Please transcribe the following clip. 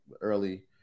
early